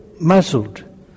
muzzled